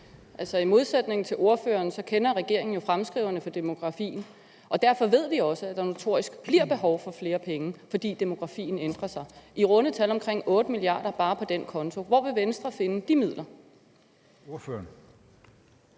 i modsætning til ordføreren kender regeringen jo fremskrivningerne for demografien, og derfor ved vi også, at der notorisk bliver behov for flere penge, fordi demografien ændrer sig. I runde tal er det omkring 8 mia. kr. bare på den konto. Hvor vil Venstre finde de midler?